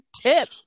tip